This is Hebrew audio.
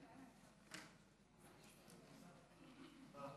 חוק ההוצאה לפועל